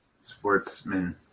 sportsman